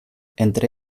entre